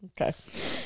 okay